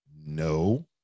No